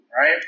right